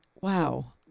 Wow